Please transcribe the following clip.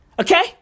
Okay